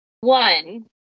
one